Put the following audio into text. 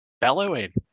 bellowing